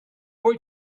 boy